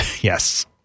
Yes